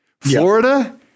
Florida